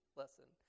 lesson